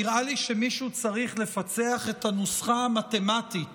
נראה לי שמישהו צריך לפצח את הנוסחה המתמטית